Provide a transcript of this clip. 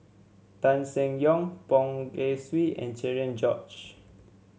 Tan Seng Yong Poh Kay Swee and Cherian George